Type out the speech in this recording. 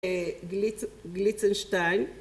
‫גליצנשטיין.